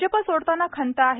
भाजप सोडताना खंत आहे